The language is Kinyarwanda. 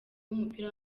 w’umupira